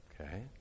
Okay